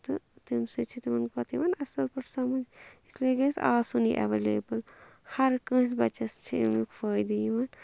تہٕ تمہِ سۭتۍ چھِ تِمَن پتہٕ یِوان اَصٕل پٲٹھۍ سَمٕجھ اِسلیے گَژھِ آسُنے ایولیبل ہر کٲنٛسہِ بَچَس چھِ اَمیُک فٲیدٕ یِوان